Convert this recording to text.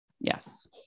Yes